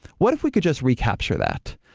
what if we could just recapture that?